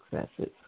successes